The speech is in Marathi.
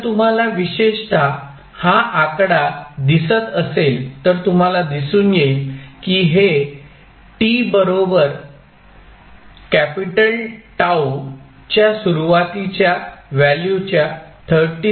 जर तुम्हाला विशेषतः हा आकडा दिसत असेल तर तुम्हाला दिसून येईल की हे t बरोबर T च्या सुरुवातीच्या व्हॅल्यूच्या 36